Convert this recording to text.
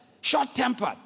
short-tempered